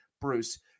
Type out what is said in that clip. Bruce